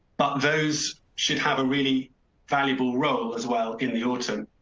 but those should have a really valuable role as well in the autumn.